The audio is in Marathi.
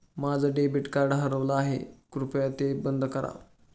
माझं डेबिट कार्ड हरवलं आहे, कृपया ते बंद करा